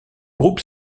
groupe